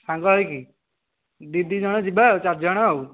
ସାଙ୍ଗ ହେଇକି ଦୁଇ ଦୁଇ ଜଣ ଯିବା ଆଉ ଚାରି ଜଣ ଆଉ